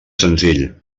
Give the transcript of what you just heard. senzill